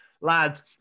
Lads